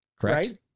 Correct